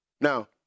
now